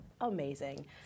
amazing